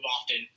often